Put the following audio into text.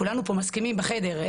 כולנו פה מסכימים בחדר,